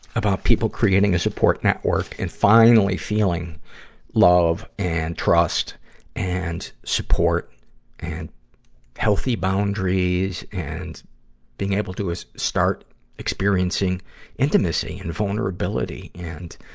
about people creating a support network and finally feeling love and trust and support and healthy boundaries and being able to start experiencing intimacy and vulnerability. and,